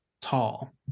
tall